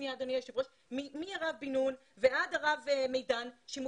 מהרב בן נון ועד הרב מידן,